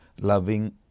loving